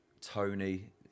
Tony